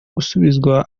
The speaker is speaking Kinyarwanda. gusubizwa